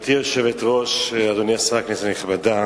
גברתי היושבת-ראש, אדוני השר, כנסת נכבדה,